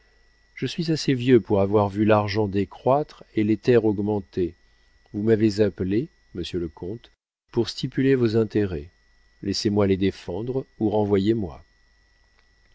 je suis assez vieux pour avoir vu l'argent décroître et les terres augmenter vous m'avez appelé monsieur le comte pour stipuler vos intérêts laissez-moi les défendre ou renvoyez-moi